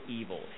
evil